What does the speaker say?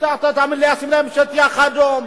הוא ישים להם שטיח אדום.